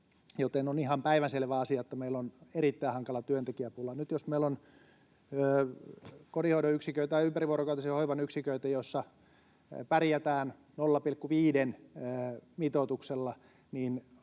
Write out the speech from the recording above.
Eli on ihan päivänselvä asia, että meillä on erittäin hankala työntekijäpula. Nyt jos meillä on kotihoidon yksiköitä tai ympärivuorokautisen hoivan yksiköitä, joissa pärjätään 0,6:n mitoituksella, niin